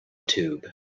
tube